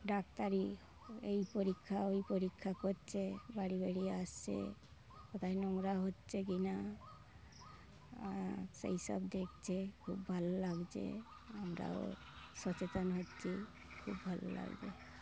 ডাক্তারি এই পরীক্ষা ওই পরীক্ষা করছে বাড়ি বাড়ি আসছে কোথাও নোংরা হচ্ছে কি না সেই সব দেখছে খুব ভালো লাগছে আমরাও সচেতন হচ্ছি খুব ভালো লাগছে